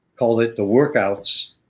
called it the workouts,